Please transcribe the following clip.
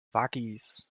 waggis